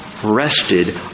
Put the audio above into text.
Rested